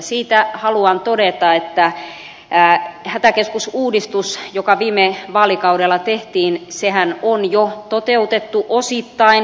siitä haluan todeta että hätäkeskusuudistushan joka viime vaalikaudella tehtiin on jo toteutettu osittain